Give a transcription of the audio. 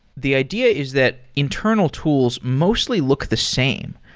the idea is that internal tools mostly look the same.